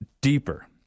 deeper